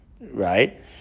right